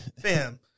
fam